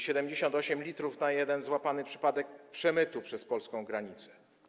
78 l na jeden złapany przypadek przemytu przez polską granicę.